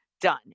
done